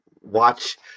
watch